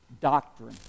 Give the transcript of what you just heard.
doctrine